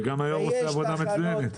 וגם היו"ר עושה עבודה מצוינת.